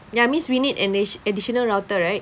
ya means we need an addi~ additional router right